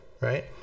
Right